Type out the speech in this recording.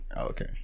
Okay